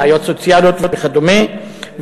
בעיות סוציאליות וכדומה,